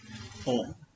orh